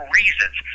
reasons